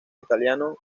italiano